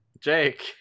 Jake